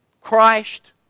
Christ